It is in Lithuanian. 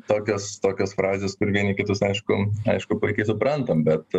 tokios tokios frazės kur vieni kitus aišku aišku puikiai suprantam bet